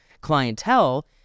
clientele